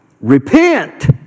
Repent